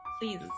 please